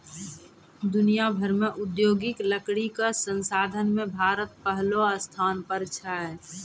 दुनिया भर मॅ औद्योगिक लकड़ी कॅ संसाधन मॅ भारत पहलो स्थान पर छै